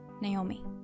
Naomi